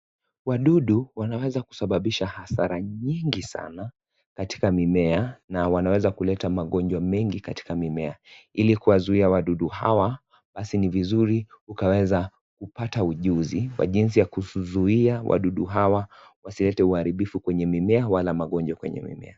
Wadudu wanaweza kusababisha hasara nyingi katika mimea na wanaweza kuleta magonjwa mengi katika mimea . Ili kuwakinga wadudu hawa basi ni vizuri ukapate ujuzi kwa jinsi ya kuwazuia wadudu hawa wasilete uharibifu kwenye mimea wala magonjwa kwenye mimea.